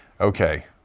okay